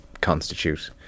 constitute